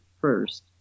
first